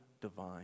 divine